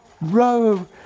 row